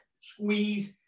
squeeze